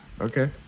Okay